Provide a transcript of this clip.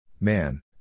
Man